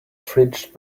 fridge